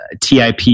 TIP